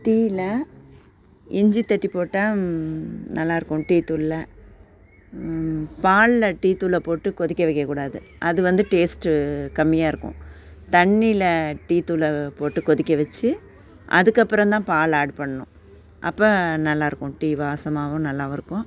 டீயில இஞ்சி தட்டிப்போட்டால் நல்லா இருக்கும் டீத்தூளில் பாலில் டீத்தூளை போட்டு கொதிக்க வைக்கக்கூடாது அது வந்து டேஸ்ட்டு கம்மியாக இருக்கும் தண்ணியில டீத்தூளை போட்டு கொதிக்க வச்சு அதற்கப்பறந்தான் பால் ஆட் பண்ணும் அப்போ நல்லா இருக்கும் டீ வாசமாகவும் நல்லாவும் இருக்கும்